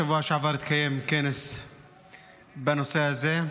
בשבוע שעבר התקיים כנס בנושא הזה,